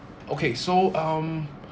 okay so um